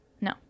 No